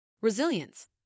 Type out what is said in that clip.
Resilience